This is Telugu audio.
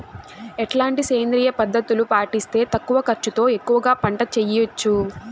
ఎట్లాంటి సేంద్రియ పద్ధతులు పాటిస్తే తక్కువ ఖర్చు తో ఎక్కువగా పంట చేయొచ్చు?